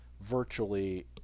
virtually